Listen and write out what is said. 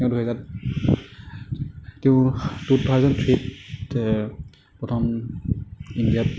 তেওঁ দুহেজাৰ তেওঁ টু থাওজেন থ্ৰীত প্ৰথম ইণ্ডিয়াত